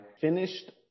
finished